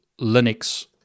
Linux